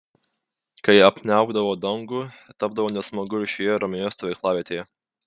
kai apniaukdavo dangų tapdavo nesmagu ir šioje ramioje stovyklavietėje